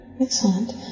Excellent